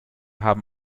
haben